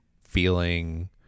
feeling